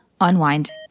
unwind